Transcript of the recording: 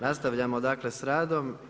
Nastavljamo dakle s radom.